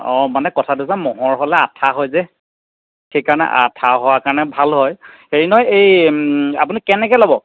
অঁ মানে কথাটো হৈছে ম'হৰ হ'লে আঠা হয় যে সেইকাৰণে আঠা হোৱাৰ কাৰণে ভাল হয় হেৰি নহয় এই আপুনি কেনেকৈ ল'ব